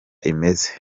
imeze